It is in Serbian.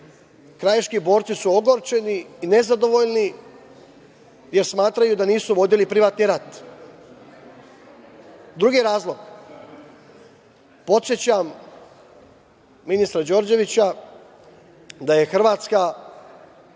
Krajiški borci su ogorčeni i nezadovoljni, jer smatraju da nisu vodili privatni rat. Drugi razlog. Podsećam ministra Đorđevića da je Hrvatska